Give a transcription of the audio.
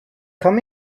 come